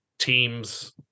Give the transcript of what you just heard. Teams